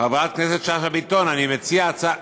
חברת הכנסת שאשא ביטון, אני מציע הצעה,